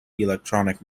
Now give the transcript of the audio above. electronic